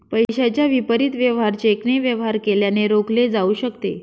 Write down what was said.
पैशाच्या विपरीत वेवहार चेकने वेवहार केल्याने रोखले जाऊ शकते